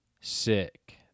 sick